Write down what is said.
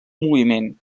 moviment